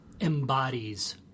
embodies